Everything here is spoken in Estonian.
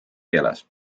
keeles